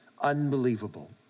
Unbelievable